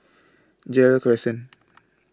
Gerald Crescent